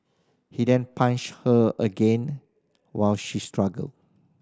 he then punched her again while she struggled